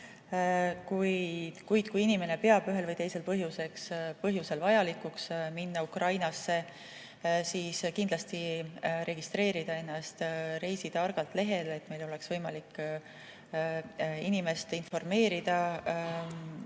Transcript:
Kuid kui inimene peab ühel või teisel põhjusel vajalikuks minna Ukrainasse, siis kindlasti registreerida ennast "Reisi targalt" lehel, et meil oleks võimalik inimest informeerida